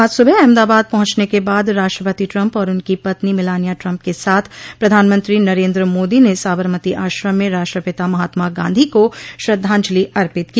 आज सुबह अहमदाबाद पहुंचने के बाद राष्ट्रपति ट्रंप और उनकी पत्नी मेलानिया ट्रंप के साथ प्रधानमंत्री नरेन्द्र मोदी ने साबरमती आश्रम में राष्ट्रपिता महात्मा गांधी को श्रद्वांजलि अर्पित की